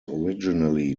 originally